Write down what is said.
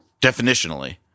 Definitionally